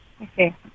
Okay